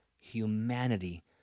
humanity